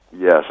yes